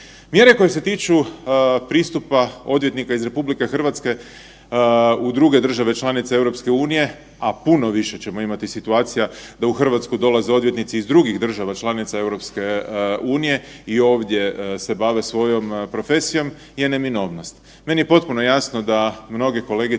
Mjere koje se tiču pristupa odvjetnika iz RH u druge države članice EU, a puno više ćemo imati situacija da u Hrvatsku dolaze odvjetnici iz drugih država članice EU i ovdje se bave svojom profesijom je neminovnost. Meni je potpuno jasno da mnoge kolegice